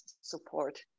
support